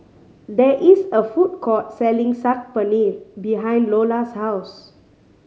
there is a food court selling Saag Paneer behind Iola's house